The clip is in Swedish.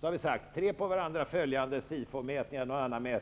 Vi har sagt att ett parti som i tre på varandra följande SIFO mätningar eller någon annan